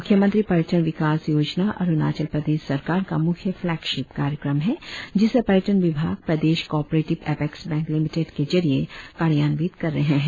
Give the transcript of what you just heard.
मुख्यमंत्री पर्यटन विकास योजना अरुणाचल प्रदेश सरकार का मुख्य फ्लेगशिप कार्यक्रम है जिसे पर्यटन विभाग Pradesh cooperative apex bank limited के जरिए कार्यान्वित कर रहें है